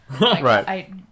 Right